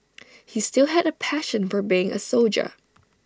he still had A passion for being A soldier